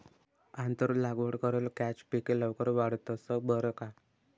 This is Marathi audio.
आंतर लागवड करेल कॅच पिके लवकर वाढतंस बरं का